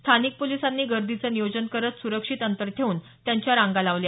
स्थानिक पोलिसांनी गर्दीचं नियोजन करत सुरक्षित अंतर ठेऊन त्यांच्या रांगा लावल्या